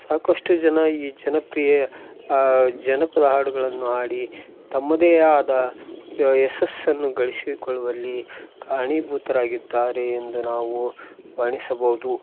ಸಾಕಷ್ಟು ಜನ ಈ ಜನಪ್ರಿಯ ಜನಪದ ಹಾಡುಗಳನ್ನು ಹಾಡಿ ತಮ್ಮದೆ ಆದ ಯಶಸ್ಸನ್ನು ಗಳಿಸಿಕೊಳ್ಳುವಲ್ಲಿ ಕಾರಣಿಭೂತರಾಗಿದ್ದಾರೆ ಎಂದು ನಾವು ವರ್ಣಿಸಬಹುದು